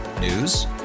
News